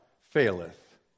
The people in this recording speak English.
faileth